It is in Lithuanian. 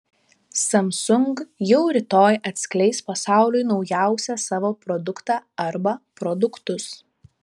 samsung jau rytoj atskleis pasauliui naujausią savo produktą arba produktus